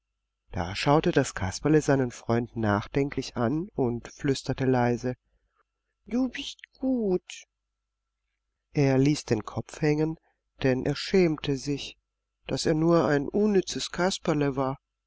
da schaute das kasperle seinen freund nachdenklich an und flüsterte leise du bist gut er ließ den kopf hängen denn er schämte sich daß er nur ein unnützes kasperle war